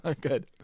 Good